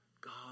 God